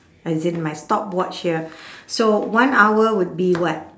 as in my stopwatch here so one hour would be what